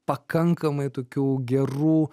pakankamai tokių gerų